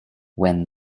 when